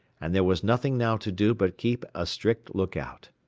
and there was nothing now to do but keep a strict look-out.